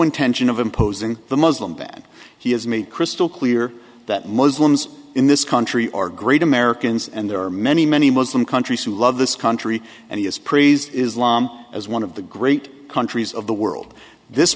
intention of imposing the muslim ban he has made crystal clear that muslims in this country are great americans and there are many many muslim countries who love this country and he has praised islam as one of the great countries of the world this